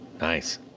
Nice